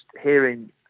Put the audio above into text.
hearing